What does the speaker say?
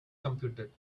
computed